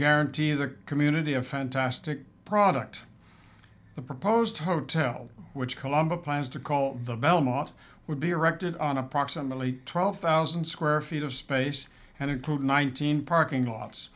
guarantee the community a fantastic product the proposed hotel which columbia plans to call the belmont would be erected on approximately twelve thousand square feet of space and include one thousand parking lots